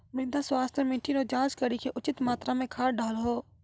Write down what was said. मृदा स्वास्थ्य मे मिट्टी रो जाँच करी के उचित मात्रा मे खाद डालहो